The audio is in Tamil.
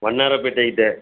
வண்ணாரப்பேட்டைக்கிட்டே